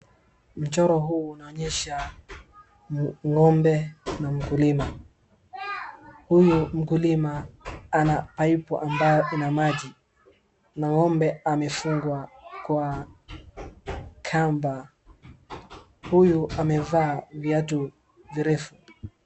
Mchoro huu unaonyesha ng`ombe na mkulima. Huyu mkulima ana paipu ambayo ina maji na ng`ombe amefungwa kwa kamba huyu amevaa viatu virefu.